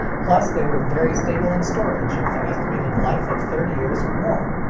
plus they were very stable in storage, with an estimated life of thirty years or more.